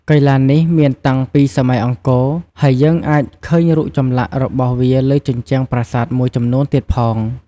កីឡានេះមានតាំងពីសម័យអង្គរ ហើយយើងអាចឃើញរូបចម្លាក់របស់វាលើជញ្ជាំងប្រាសាទមួយចំនួនទៀតផង។